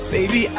Baby